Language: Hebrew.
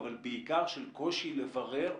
אבל בעיקר של קושי לברר,